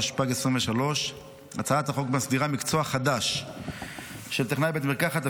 התשפ"ג 2023. הצעת החוק מסדירה מקצוע חדש של טכנאי בית מרקחת.